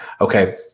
Okay